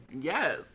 Yes